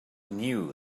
knew